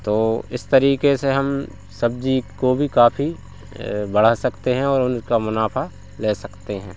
तो इस तरीके से हम सब्जी को भी काफ़ी बढ़ा सकते हैं और उनका मुनाफा ले सकते हैं